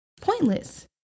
pointless